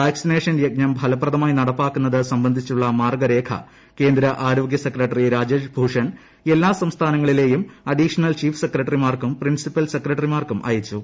vaccination യജ്ഞം ഫലപ്രദമായി നടപ്പാക്കു ന്നത് സംബന്ധിച്ചുളള മാർഗരേഖ കേന്ദ്ര ആരോഗ്യ സെക്രട്ടറി രാജേഷ് ഭൂഷൺ എല്ലാ സംസ്ഥാനങ്ങളിലേയും അഡീഷണൽ ചീഫ് സെക്രട്ടറിമാർക്കും പ്രിൻസിപ്പൽ ്യസ്ത്രകട്ടറിമാർക്കും അയച്ചു